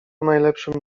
najlepszym